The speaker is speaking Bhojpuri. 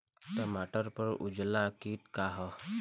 टमाटर पर उजला किट का है?